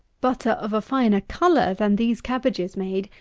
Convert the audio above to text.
butter of a finer colour, than these cabbages made,